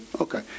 Okay